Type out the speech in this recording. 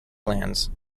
glands